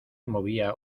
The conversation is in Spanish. movía